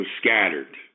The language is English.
scattered